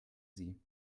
sie